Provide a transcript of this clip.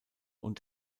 und